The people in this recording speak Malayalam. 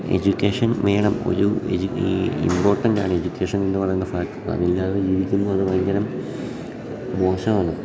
എജ്യൂക്കേഷൻ വേണം ഒരു ഇമ്പോർട്ടൻറ്റാണ് എജ്യൂക്കേഷൻ എന്ന് പറയുന്ന ഫാക്ടർ അതില്ലാതെ ജീവിക്കുന്നത് അത് ഭയങ്കരം മോശമാണ്